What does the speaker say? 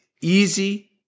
easy